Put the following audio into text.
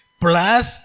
plus